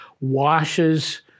washes